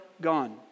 gone